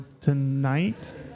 tonight